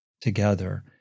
together